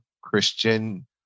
Christian